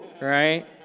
right